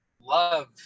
love